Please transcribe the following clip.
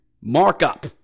markup